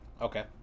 Okay